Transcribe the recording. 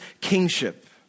kingship